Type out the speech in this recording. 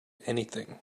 anything